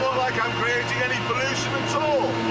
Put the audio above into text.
like i'm creating any pollution at all.